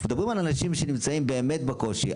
אנחנו מדברים על אנשים שנמצאים באמת קושי.